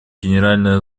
генеральной